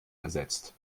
ersetzt